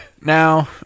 Now